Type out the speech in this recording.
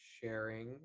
sharing